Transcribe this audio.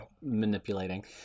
manipulating